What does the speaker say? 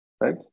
right